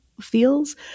feels